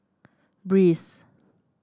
breeze